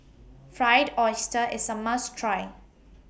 Fried Oyster IS A must Try